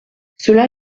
cela